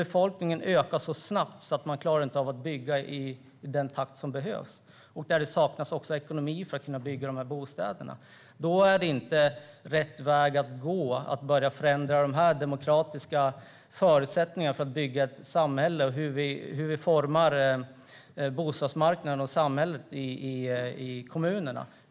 Befolkningen ökar så snabbt att man inte klarar av att bygga i den takt som behövs. Det saknas också ekonomi för att kunna bygga bostäderna. Då är inte rätt väg att gå att börja förändra de demokratiska förutsättningarna för att bygga ett samhälle och för hur vi formar bostadsmarknaden och samhället i kommunerna.